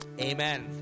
Amen